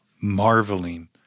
marveling